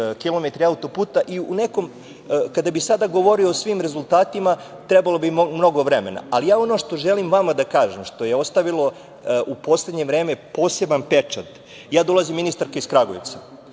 kilometre auto-puta i kada bih sada govorio o svim rezultatima trebalo bi mnogo vremena, ali ono što želim vama da kažem, što je ostavilo u poslednje vreme poseban pečat. Dolazim, ministarka iz Kragujevca